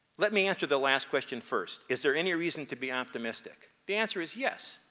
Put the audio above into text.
let me answer the last question first. is there any reason to be optimistic? the answer is yes.